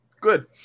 Good